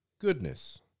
goodness